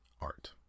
art